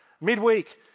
midweek